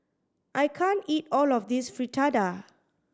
I can't eat all of this Fritada